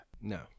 No